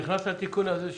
נכנס התיקון הזה,